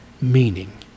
meaning